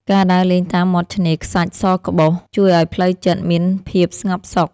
ការដើរលេងតាមមាត់ឆ្នេរខ្សាច់សក្បុស ជួយឱ្យផ្លូវចិត្តមានភាពស្ងប់សុខ។